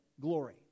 glory